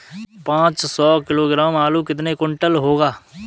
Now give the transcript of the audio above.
पाँच सौ किलोग्राम आलू कितने क्विंटल होगा?